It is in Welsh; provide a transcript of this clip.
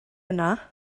yna